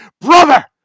brother